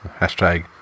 hashtag